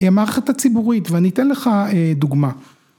המערכת הציבורית. ואני אתן לך דוגמה.